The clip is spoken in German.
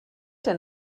denn